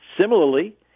Similarly